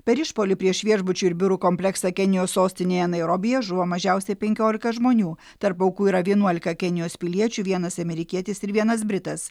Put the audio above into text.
per išpuolį prieš viešbučių ir biurų kompleksą kenijos sostinėje nairobyje žuvo mažiausiai penkiolika žmonių tarp aukų yra vienuolika kenijos piliečių vienas amerikietis ir vienas britas